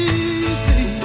easy